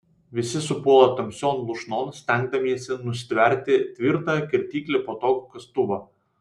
visi supuola tamsion lūšnon stengdamiesi nustverti tvirtą kirtiklį patogų kastuvą